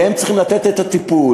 והם צריכים לתת את הטיפול.